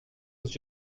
aux